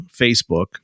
Facebook